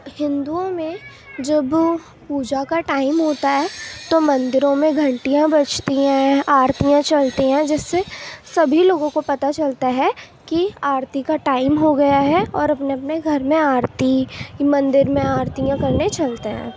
ہندوؤں میں جب پوجا کا ٹائم ہوتا ہے تو مندروں میں گھنٹیاں بجتی ہیں آرتیاں چڑھتے ہیں جس سے سبھی لوگوں کو پتہ چلتا ہے کہ آرتی کا ٹائم ہو گیا ہے اور اپنے اپنے گھر میں آرتی مندر میں آرتیاں کرنے چلتے ہیں